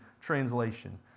translation